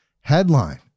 Headline